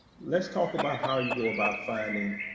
let's talk about how you go about finding